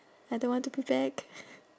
I don't want to be back